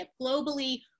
globally